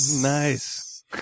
Nice